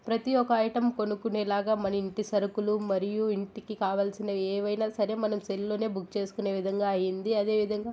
ప్రతి ఒక్క ఐటమ్ కొనుక్కునే లాగా మన ఇంటి సరుకులు మరియు ఇంటికి కావలసిన ఏవైనా సరే మనం సెల్ లోనే బుక్ చేసుకునే విధంగా అయింది అదేవిధంగా